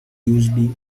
used